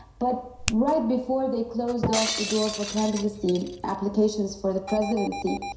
but right before they closed off the door for candidacy applications for the presidency,